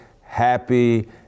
happy